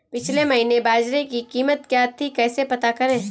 पिछले महीने बाजरे की कीमत क्या थी कैसे पता करें?